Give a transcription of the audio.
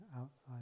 outside